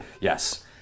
Yes